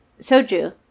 Soju